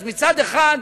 אז מצד אחד,